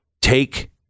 Take